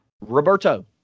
Roberto